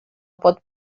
pot